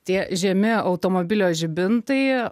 tie žemi automobilio žibintai